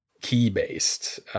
key-based